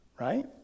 Right